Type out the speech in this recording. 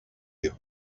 you